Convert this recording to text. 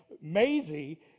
Maisie